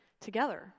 together